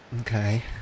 Okay